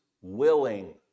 willing